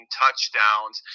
touchdowns